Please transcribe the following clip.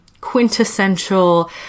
quintessential